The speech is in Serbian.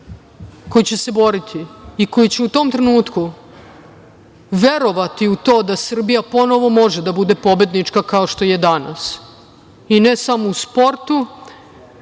koji će se boriti i koji će u tom trenutku verovati u to da Srbija ponovo može da bude pobednička, kao što je danas, i ne samo u sportu,